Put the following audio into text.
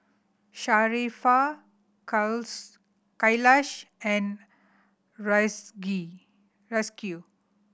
Sharifah Khalish and Rizqi